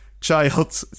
child